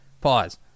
Pause